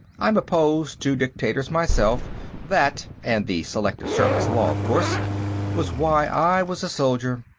i'm opposed to dictators, myself that and the selective service law, of course was why i was a soldier.